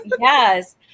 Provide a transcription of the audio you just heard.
yes